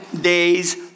days